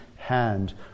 Hand